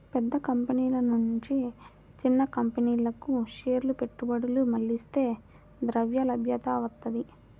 పెద్ద కంపెనీల నుంచి చిన్న కంపెనీలకు షేర్ల పెట్టుబడులు మళ్లిస్తే ద్రవ్యలభ్యత వత్తది